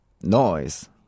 noise